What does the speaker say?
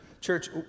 church